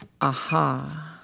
aha